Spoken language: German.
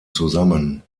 zusammen